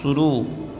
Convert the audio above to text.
शुरू